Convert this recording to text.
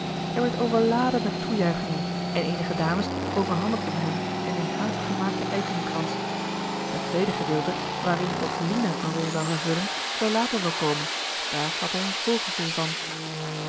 hij werd overladen met toejuichingen en eenige dames overhandigden hem een in haast gemaakten eikenkrans het tweede gedeelte waarin ook lina eene rol zou vervullen zou later wel komen daar had hij een voorgevoel van